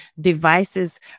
devices